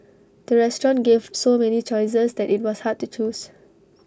the restaurant gave so many choices that IT was hard to choose